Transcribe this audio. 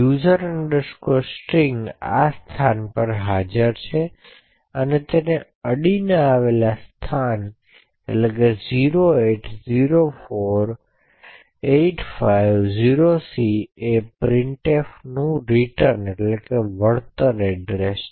user string આ સ્થાન પર હાજર છે અને અડીને આવેલ સ્થાન 0804850c એ printf નું વળતર સરનામું છે